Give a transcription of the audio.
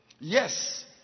Yes